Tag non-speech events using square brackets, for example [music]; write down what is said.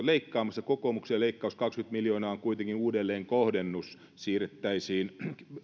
[unintelligible] leikkaamassa kokoomuksen leikkaus kaksikymmentä miljoonaa on kuitenkin uudelleenkohdennus siirrettäisiin